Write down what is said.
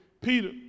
Peter